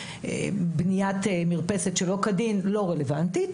איזושהי בניית מרפסת כלא כדין לא רלוונטית,